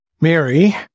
Mary